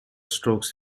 strokes